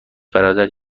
برادر